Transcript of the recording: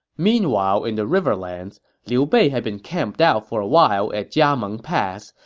meanwhile in the riverlands, liu bei had been camped out for a while at jiameng pass,